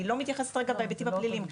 אני לא מתייחסת כרגע להיבטים הפליליים.